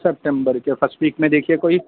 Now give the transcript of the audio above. September کے first week میں دیکھیے کوئی